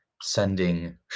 sending